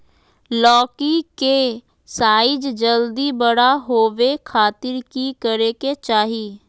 लौकी के साइज जल्दी बड़ा होबे खातिर की करे के चाही?